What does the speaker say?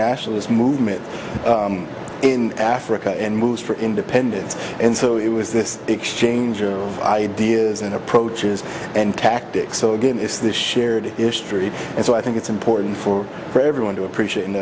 nationalist movement in africa and moves for independence and so it was this exchange of ideas and approaches and tactics so again it's the shared history and so i think it's important for for everyone to appreciate and